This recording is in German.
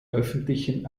öffentlichen